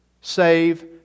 save